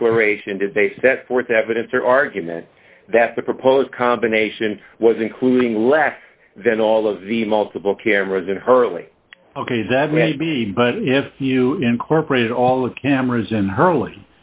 declaration did they set forth evidence or argument that the proposed combination was including less than all of the multiple cameras in hurley ok that may be but if you incorporate all the cameras in hurley